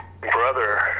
brother